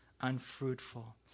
unfruitful